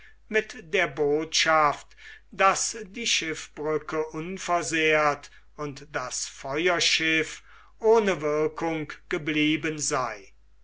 mit der botschaft daß die schiffbrücke unversehrt und das feuerschiff ohne wirkung geblieben sei